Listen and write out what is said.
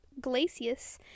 Glacius